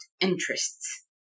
interests